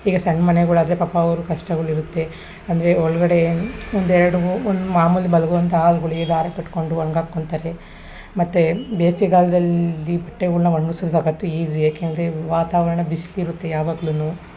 ಈಗ ಸಣ್ಣ ಮನೆಗಳಾದ್ರೆ ಪಾಪ ಅವ್ರ ಕಷ್ಟಗಳು ಇರುತ್ತೆ ಅಂದರೆ ಒಳಗಡೆ ಒಂದು ಎರಡು ಮೂ ಒಂದು ಮಾಮೂಲಿ ಮಲಗುವಂಥ ಆಲ್ಗಳ್ಗೆ ದಾರ ಕಟ್ಟಿಕೊಂಡು ಒಣ್ಗಿ ಹಾಕೊಂತಾರೆ ಮತ್ತು ಬೇಸಿಗೆಗಾಲ್ದಲ್ಲಿ ಬಟ್ಟೆಗಳ್ನ ಒಣ್ಗಸ್ರೆ ಸಖತ್ತು ಈಜಿ ಏಕೆ ಅಂದರೆ ವಾತಾವರಣ ಬಿಸ್ಲು ಇರುತ್ತೆ ಯಾವಾಗ್ಲು